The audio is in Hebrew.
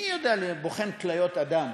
מי יודע להיות בוחן כליות אדם,